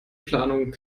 planung